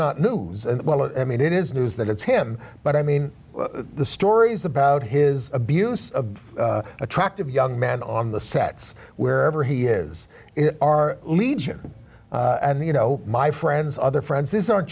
not new i mean it is news that it's him but i mean the stories about his abuse of attractive young men on the sets wherever he is are legion and you know my friends other friends these are